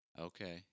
Okay